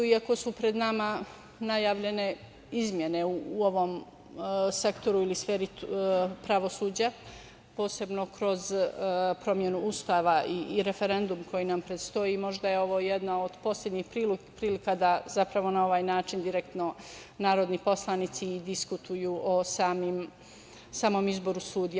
Iako su pred nama najavljene izmene u ovom sektoru ili sferi pravosuđa, posebno kroz promenu Ustava i referendum koji nam predstoji, možda je ovo jedna od poslednjih prilika da zapravo na ovaj način direktno narodni poslanici i diskutuju o samom izboru sudija.